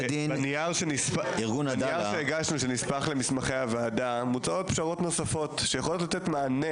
בנייר שהגשנו שנספח למסמכי הוועדה מוצעות פשרות נוספות שיכולות לתת מענה